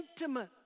intimate